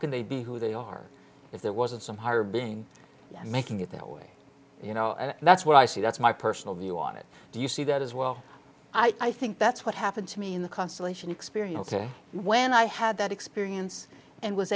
can they be who they are if there wasn't some higher being making it that way you know and that's what i see that's my personal view on it do you see that as well i think that's what happened to me in the constellation experience when i had that experience and was